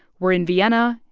we're in vienna.